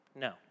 no